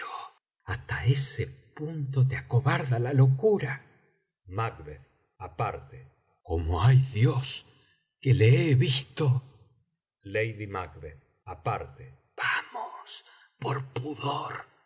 hasta ese punto te acobarda la locura aparte como hay dios que le he visto aparte vamos por pudor